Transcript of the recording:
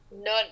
None